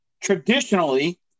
traditionally